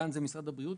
כאן זה משרד הבריאות,